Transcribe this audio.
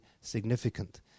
significant